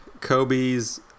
Kobe's